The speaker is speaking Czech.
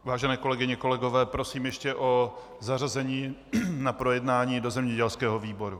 Vážené kolegyně, kolegové, prosím ještě o zařazení na projednání do zemědělského výboru.